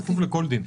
בכפוף לכל דין.